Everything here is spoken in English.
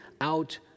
out